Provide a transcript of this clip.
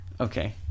Okay